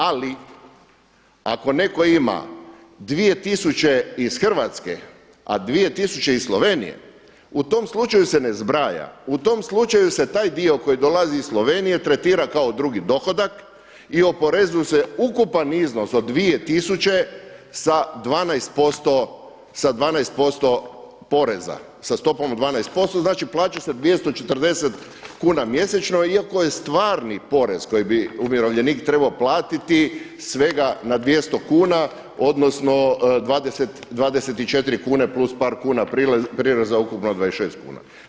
Ali ako netko ima 2000 iz Hrvatske a 2000 iz Slovenije u tom slučaju se ne zbraja, u tom slučaju se taj dio koji dolazi iz Slovenije tretira kao drugi dohodak i oporezuju se ukupan iznos od 2 tisuće sa 12%, sa 12% poreza, sa stopom od 12%, znači plaća se 240 kuna mjesečno iako je stvarni porez koji bi umirovljenik trebao platiti svega na 200 kuna odnosno 24 kune plus par kuna prireza, ukupno 26 kuna.